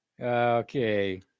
Okay